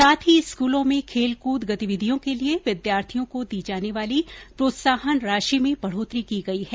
साथ ही स्कूलों में खेलकूद गतिविधियों के लिये विधार्थियों को दी जाने वाली प्रोत्साहन राशि में बढोतरी की गई है